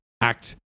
act